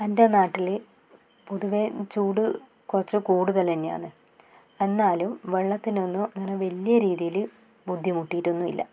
എൻ്റെ നാട്ടിൽ പൊതുവേ ചൂട് കുറച്ച് കൂടുതൽ തന്നെയാണ് എന്നാലും വെള്ളത്തിനൊന്നും അങ്ങനെ വലിയ രീതിയിൽ ബുദ്ധിമുട്ടിട്ടൊന്നുമില്ല